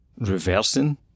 reversing